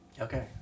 Okay